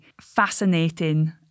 fascinating